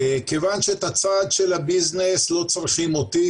כיוון שאת הצד של הביזנס לא צריכים אותי,